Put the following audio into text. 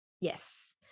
Yes